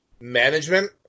management